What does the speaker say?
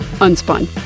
unspun